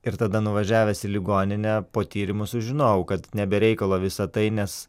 ir tada nuvažiavęs į ligoninę po tyrimų sužinojau kad ne be reikalo visa tai nes